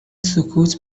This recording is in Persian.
سکوت